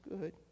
good